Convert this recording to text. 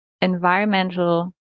environmental